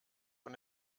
von